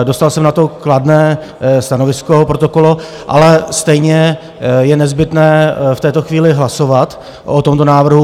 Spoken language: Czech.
Dostal jsem na to kladné stanovisko od protokolu, ale stejně je nezbytné v této chvíli hlasovat o tomto návrhu.